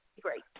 great